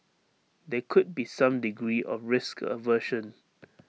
there could be some degree of risk aversion